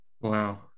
Wow